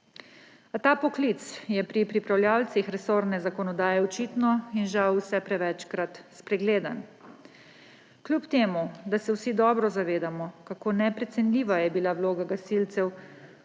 Ta poklic je pri pripravljavcih resorne zakonodaje očitno in žal vse prevečkrat spregledan. Kljub temu da se vsi dobro zavedamo, kako neprecenljiva je bila vloga gasilcev